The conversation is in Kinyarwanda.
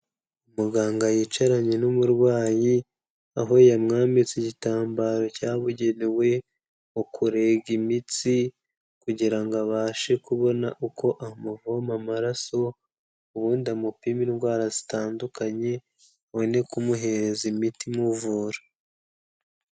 Muganga yicaranye n'umurwayi, aho yamwambitse igitambaro cyabugenewe, mu kurega imitsi, kugira ngo abashe kubona uko amuvoma amaraso, ubundi amupime indwara zitandukanye, abone kumuhereza imiti imuvura.